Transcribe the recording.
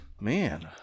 Man